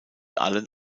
allen